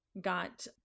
got